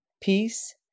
Peace